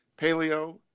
paleo